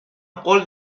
قول